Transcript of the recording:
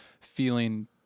Feeling